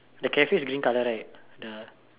the Cafe is green color right the